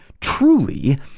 truly